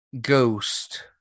Ghost